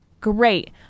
Great